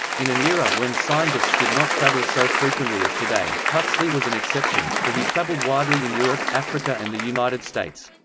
in an era when scientists did not travel so frequently as today, huxley was an exception, for he travelled widely in europe, africa and the united states.